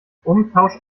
umtausch